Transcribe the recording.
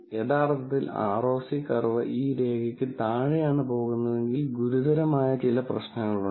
യഥാർത്ഥത്തിൽ ROC curve ഈ രേഖയ്ക്ക് താഴെയാണ് പോകുന്നതെങ്കിൽ ഗുരുതരമായ ചില പ്രശ്നങ്ങളുണ്ട്